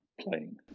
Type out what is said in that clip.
playing